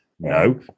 No